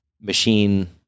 machine